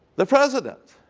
the president